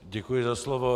Děkuji za slovo.